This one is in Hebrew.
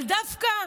אבל דווקא,